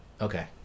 Okay